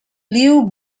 liu